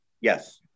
Yes